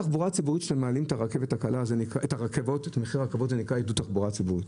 כשאתם מעלים את מחיר הרכבות זה נקרא עידוד התחבורה הציבורית.